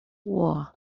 war